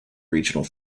regional